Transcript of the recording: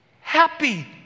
happy